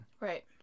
Right